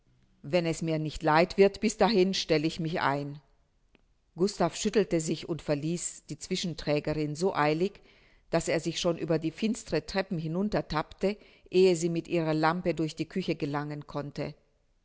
wenn es mir nicht leid wird bis dahin stell ich mich ein gustav schüttelte sich und verließ die zwischenträgerin so eilig daß er sich schon über die finsteren treppen hinunter tappte ehe sie mit ihrer lampe durch die küche gelangen konnte